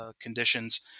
conditions